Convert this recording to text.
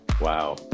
wow